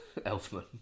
Elfman